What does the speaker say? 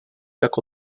jako